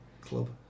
Club